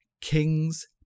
kings